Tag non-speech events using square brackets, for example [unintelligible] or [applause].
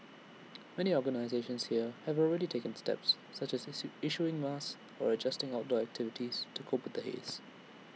many organisations here have already taken steps such as [unintelligible] issuing masks or adjusting outdoor activities to cope the haze